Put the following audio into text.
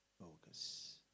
focus